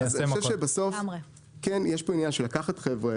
אני חושב שבסוף כן יש פה עניין של לקחת חבר'ה,